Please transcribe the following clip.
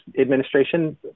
administration